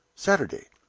saturday.